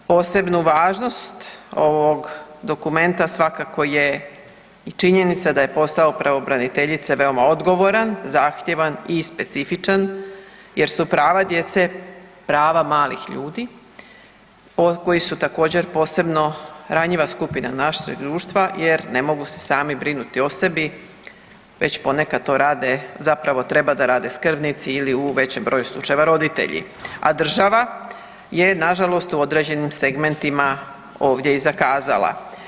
Posebnu važnost ovog dokumenta svakako je i činjenica da je posao pravobraniteljice veoma odgovoran, zahtjevan i specifičan jer su prava djece, prava malih ljudi koji su također posebno ranjiva skupina našeg društva jer ne mogu se sami brinuti o sebi već ponekad to rade, zapravo treba da rade skrbnici ili u većem broju slučajeva roditelji, a država je nažalost u određenim segmentima ovdje i zakazala.